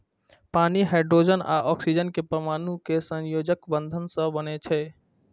पानि हाइड्रोजन आ ऑक्सीजन के परमाणु केर सहसंयोजक बंध सं बनै छै